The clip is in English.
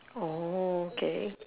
oh okay